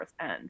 end